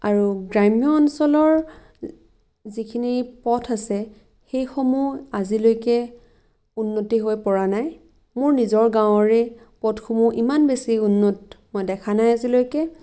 আৰু গ্ৰাম্য অঞ্চলৰ যিখিনি পথ আছে সেইসমূহ আজিলৈকে উন্নতি হৈ পৰা নাই মোৰ নিজৰ গাঁৱৰে পথসমূহ ইমান বেছি উন্নত মই দেখা নাই আজিলৈকে